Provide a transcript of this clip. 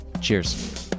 cheers